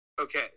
Okay